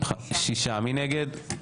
מי נגד?